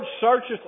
searches